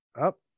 Up